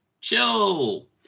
chill